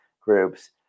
Groups